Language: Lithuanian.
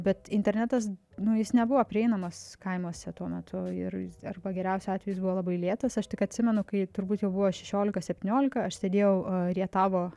bet internetas nu jis nebuvo prieinamas kaimuose tuo metu ir ir arba geriausiu atveju buvo labai lėtas aš tik atsimenu kai turbūt jau buvo šešiolika septyniolika aš sėdėjau rietavo